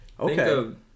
Okay